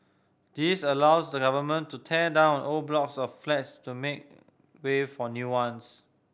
this allows the government to tear down old blocks of flats to make way for new ones